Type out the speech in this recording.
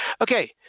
Okay